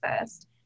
first